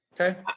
Okay